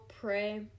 pray